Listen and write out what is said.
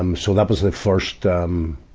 um so that was the first, um,